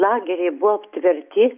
lageriai buvo aptverti